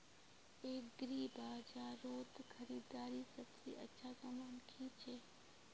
एग्रीबाजारोत खरीदवार सबसे अच्छा सामान की छे?